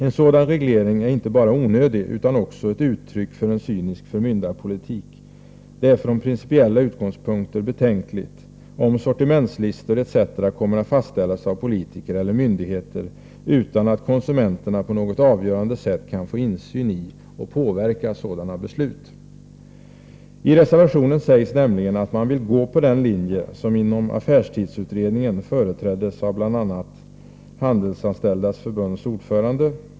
En sådan reglering är inte bara onödig utan också uttryck för en cynisk förmyndarpolitik. Det är från principiella utgångspunkter betänkligt om sortimentslistor etc. kommer att fastställas av politiker eller myndigheter utan att konsumenterna på något avgörande sätt kan få insyn och påverka sådana beslut. I reservationen sägs nämligen att man vill gå på den linje som inom affärstidsutredningen företräddes av bl.a. Handelsanställdas förbunds ordförande.